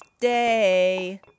Day